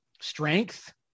strength